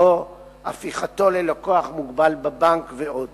שלו או הפיכתו ללקוח מוגבל בבנק ועוד.